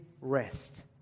rest